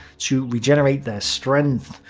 to regenerate their strength.